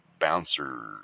bouncer